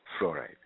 fluoride